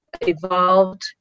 evolved